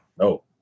No